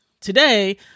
Today